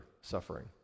suffering